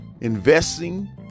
investing